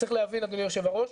צריך להבין אדוני היו"ר,